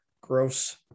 gross